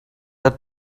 are